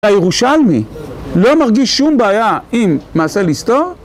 הירושלמי לא מרגיש שום בעיה עם מעשה לסתור?